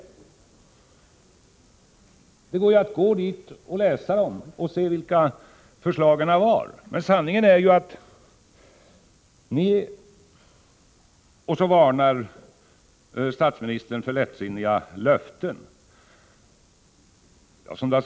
Statsministern varnar för lättsinniga löften.